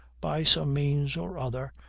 by some means or other,